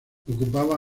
ocupaba